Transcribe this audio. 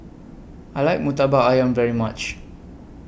I like Murtabak Ayam very much